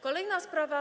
Kolejna sprawa.